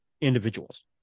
individuals